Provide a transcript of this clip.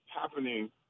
happening